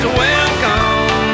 welcome